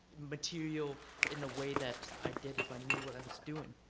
material in a way that i did if i knew what i was doing?